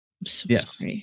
Yes